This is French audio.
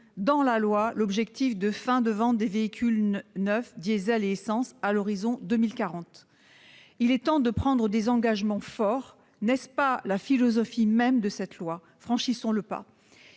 dans la loi l'objectif de la fin de la vente des véhicules neufs diesel et essence à l'horizon de 2040. En effet, il est temps de prendre des engagements forts : n'est-ce pas la philosophie même de cette loi ? Franchissons le pas